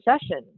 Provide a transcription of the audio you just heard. session